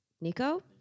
Nico